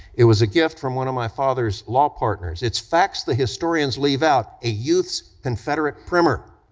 it was a gift from one of my father's law partners, it's facts the historians leave out a youth's confederate primer.